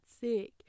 sick